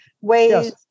ways